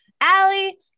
Allie